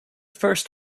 first